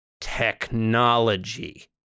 technology